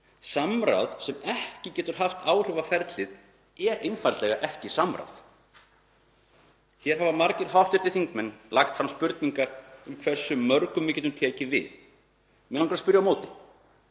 Samráð sem ekki getur haft áhrif á ferlið er einfaldlega ekki samráð. Hér hafa margir hv. þingmenn lagt fram spurningar um hversu mörgum við getum tekið við. Mig langar að spyrja á móti: